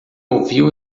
ouviu